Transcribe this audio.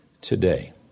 today